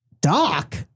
Doc